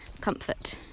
comfort